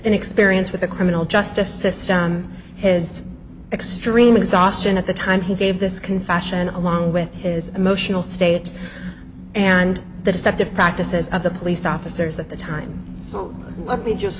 an experience with the criminal justice system is extreme exhaustion at the time he gave this confession along with his emotional state and the deceptive practices of the police officers at the time so let me just